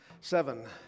seven